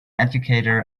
educator